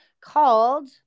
called